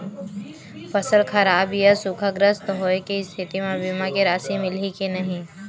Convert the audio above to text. फसल खराब या सूखाग्रस्त होय के स्थिति म बीमा के राशि मिलही के नही?